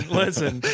listen